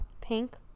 Pink